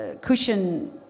cushion